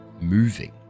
moving